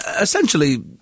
essentially